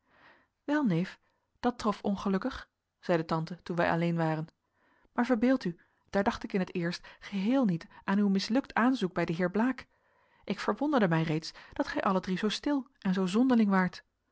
wel neef dat trof ongelukkig zeide tante toen wij alleen waren maar verbeeld u daar dacht ik in het eerst geheel niet aan uw mislukt aanzoek bij den heer blaek ik verwonderde mij reeds dat gij alle drie zoo stil en zoo zonderling waart